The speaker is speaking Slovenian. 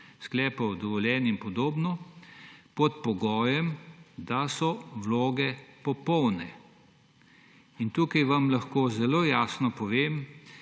sklepov, dovoljenj in podobno, pod pogojem, da so vloge popolne. Tukaj vam lahko zelo jasno povem,